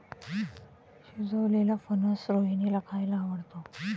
शिजवलेलेला फणस रोहिणीला खायला आवडतो